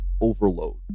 overload